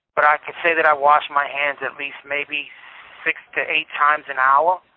but i can say that i wash my hands at least maybe six to eight times an hour.